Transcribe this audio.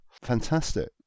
Fantastic